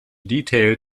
detail